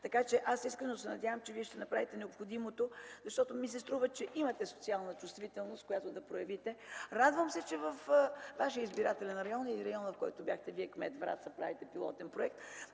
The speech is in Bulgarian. помогнеш. Искрено се надявам, че Вие ще направите необходимото, защото ми се струва, че имате социална чувствителност, която да проявите. Радвам се, че във Вашия избирателен район, в който Вие бяхте кмет – Враца, се прави пилотен проект.